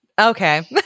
Okay